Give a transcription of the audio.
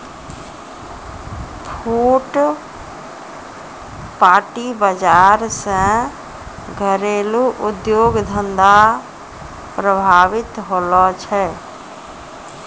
फुटपाटी बाजार से घरेलू उद्योग धंधा प्रभावित होलो छै